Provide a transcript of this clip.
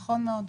נכון מאוד.